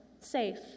safe